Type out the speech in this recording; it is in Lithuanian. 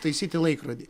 taisyti laikrodį